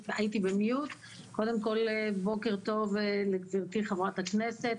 קודם כל בוקר טוב לגבירתי חברת הכנסת,